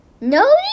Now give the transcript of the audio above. No